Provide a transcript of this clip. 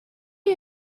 you